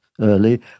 early